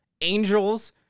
angels